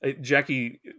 Jackie